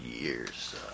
years